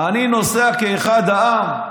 אני נוסע כאחד העם,